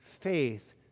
faith